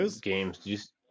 Games